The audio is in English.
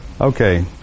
Okay